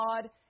God